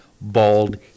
bald